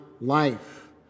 life